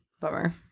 Bummer